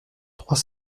trois